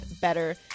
better